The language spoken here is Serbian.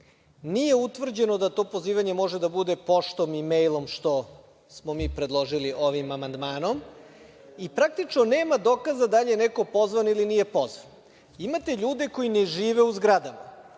nije utvrđeno da to pozivanje može da bude pošto ili mejlom što smo mi predložili ovim amandmanom i praktično nema dokaza da li je neko pozvan ili nije pozvan. Imate ljude koji ne žive u zgradama,